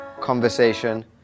conversation